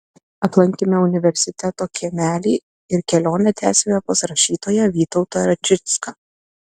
aplankėme universiteto kiemelį ir kelionę tęsėme pas rašytoją vytautą račicką